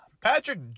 Patrick